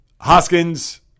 Hoskins